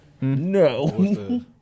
No